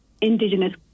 Indigenous